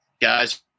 Guys